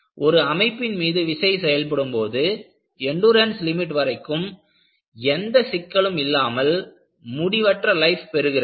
ஒரு அமைப்பின் மீது விசை செயல்படும் போது எண்டுரன்ஸ் லிமிட் வரைக்கும் எந்த சிக்கலும் இல்லாமல் முடிவற்ற லைஃப் பெறுகிறது